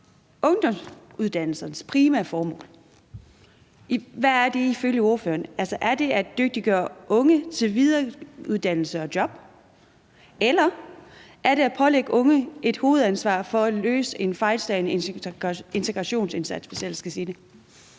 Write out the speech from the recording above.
ungdomsuddannelserne ifølge ordføreren? Er det at dygtiggøre unge til videreuddannelse og job? Eller er det at pålægge unge et hovedansvar for at løse en fejlslagen integrationsindsats?